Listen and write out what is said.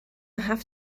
have